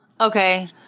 Okay